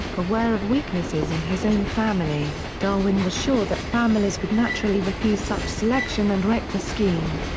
aware of weaknesses in his own family, darwin was sure that families would naturally refuse such selection and wreck the scheme.